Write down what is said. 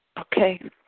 Okay